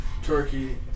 Turkey